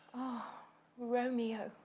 o romeo,